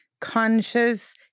conscious